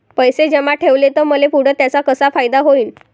पैसे जमा ठेवले त मले पुढं त्याचा कसा फायदा होईन?